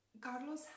Carlos